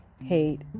Hate